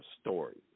story